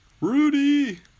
Rudy